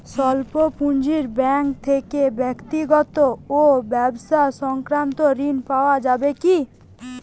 স্বল্প পুঁজির ব্যাঙ্ক থেকে ব্যক্তিগত ও ব্যবসা সংক্রান্ত ঋণ পাওয়া যাবে কিনা?